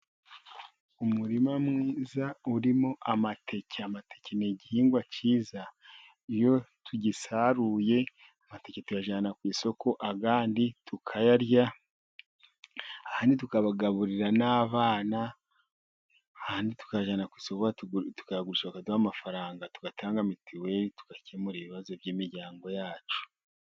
Umurima mwiza urimo amateke. Amateke n igihingwa cyiza iyo tugisaruye. Amateke tuyajyana ku isoko abandi tukayarya. Abandi tugaburira n' abana andi tukayajyana kuyagurisha, akaduha amafaranga tugatanga mituweri tugakemura ibibazo by' imiryango yacu.